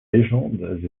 légendes